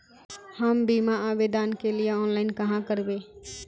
हम बीमा आवेदान के लिए ऑनलाइन कहाँ करबे?